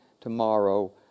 tomorrow